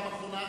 האחרונה.